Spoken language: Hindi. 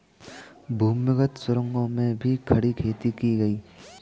भूमिगत सुरंगों में भी खड़ी खेती की गई